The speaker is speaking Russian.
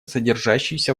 содержащиеся